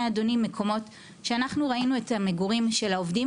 אדוני מקומות שאנחנו ראינו את המגורים של העובדים.